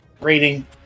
rating